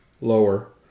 lower